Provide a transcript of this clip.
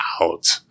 out